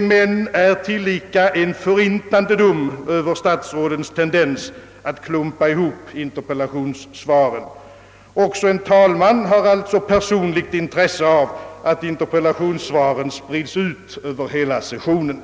men är tillika en förintande dom över statsrådens tendens att klumpa ihop interpellationssvaren. Också en talman har alltså personligt intresse av att interpellationssvaren sprids ut över hela sessionen.